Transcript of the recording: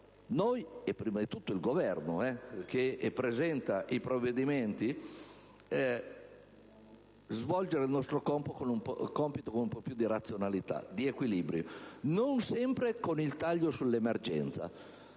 noi e prima di tutto il Governo che presenta i provvedimenti, svolgere il nostro compito con un po' più di razionalità e di equilibrio, non sempre con il taglio per emergenza.